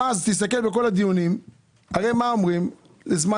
תסתכל בכל הדיונים אתה תראה שהם אמרו שבזמן